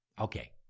Okay